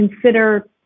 consider